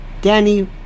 Danny